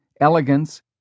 elegance